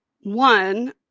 One